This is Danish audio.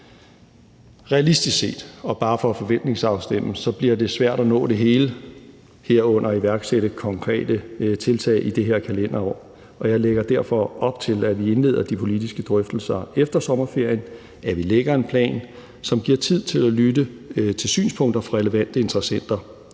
Realistisk set og bare for at forventningsafstemme bliver det svært at nå det hele, herunder iværksætte konkrete tiltag, i det her kalenderår, og jeg lægger derfor op til, at vi indleder de politiske drøftelser efter sommerferien, at vi lægger en plan, som giver tid til at lytte til synspunkter fra relevante interessenter.